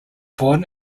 born